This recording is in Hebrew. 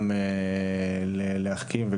להחכים,